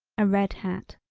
a red hat.